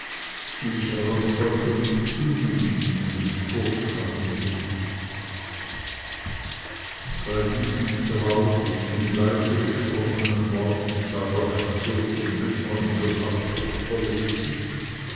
die ich eurem volke nicht zumuten und nicht vorschlagen will bei diesen traurig und leise gesprochenen worten sah der herzog dem bündner in das ausdrucksvolle gesicht